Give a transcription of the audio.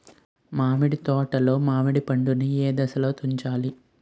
మామిడి తోటలో మామిడి పండు నీ ఏదశలో తుంచాలి?